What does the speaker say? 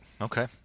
Okay